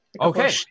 Okay